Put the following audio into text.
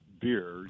beer